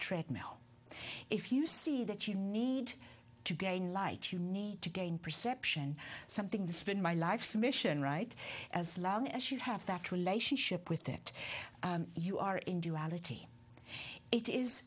treadmill if you see that you need to gain light you need to gain perception something that's been my life's mission right as long as you have that relationship with that you are in duality it is